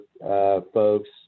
folks